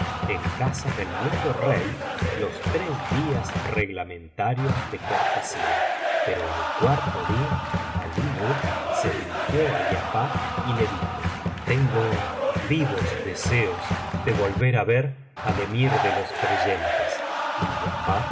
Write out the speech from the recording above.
en casa del nuevo rey los tres días reglamentarios de cortesía pero al cuarto día alí nur ste dirigió á giafar y le dijo tengo vivos deseos de volver á ver al emir de los creyentes y giafar se